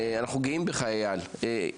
אנחנו גאים בך אילאי.